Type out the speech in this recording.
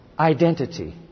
Identity